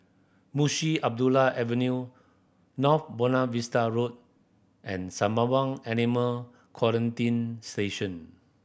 Mushi Abdullah Avenue North Buona Vista Road and Samabang Animal Quarantine Station